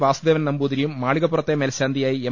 വാസു ദേവൻ നമ്പൂതിരിയും മാളികപ്പുറത്തെ മേൽശാന്തിയായി എം